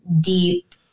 deep